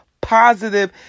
positive